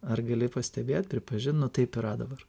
ar gali pastebėt pripažint nu taip yra dabar